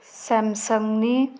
ꯁꯦꯝꯁꯪꯅꯤ